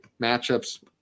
Matchups